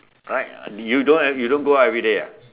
correct you don't ev~ you don't go out everyday ah